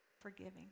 forgiving